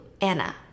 Anna